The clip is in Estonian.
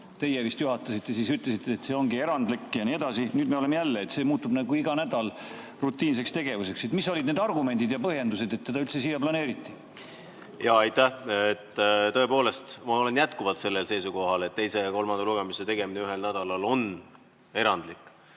teie vist juhatasite ja siis ütlesite, et see on erandlik jne. Nüüd me oleme jälle [samas kohas]. See muutub juba nagu iga nädal rutiinseks tegevuseks. Mis olid need argumendid ja põhjendused, et see üldse siia planeeriti? Jaa, aitäh! Tõepoolest, ma olen jätkuvalt sellel seisukohal, et teise ja kolmanda lugemise tegemine ühel nädalal on erandlik.